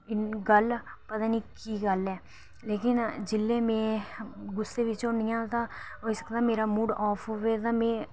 गल्ल पता नी की गल्ल ऐ जेल्ले में गुस्से बिच्च होन्नी आं ता होई सकदा मेरा मूड़ ऑफ होवे ते में